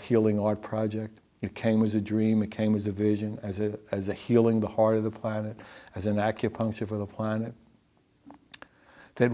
healing art project you came was a dream it came as a vision as a as a healing the heart of the planet as an acupuncture for the planet th